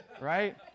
right